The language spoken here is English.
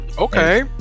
Okay